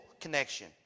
connection